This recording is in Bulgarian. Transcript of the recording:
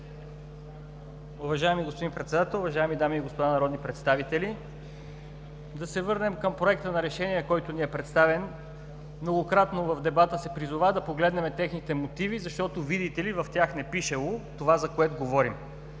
Уважаеми господин Председател, уважаеми дами и господа народни представители! Да се върнем към Проекта на решение, който ни е представен. Многократно в дебата се призова да погледнем техните мотиви, защото, видите ли, в тях не пишело това, за което говорим.